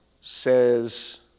says